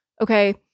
okay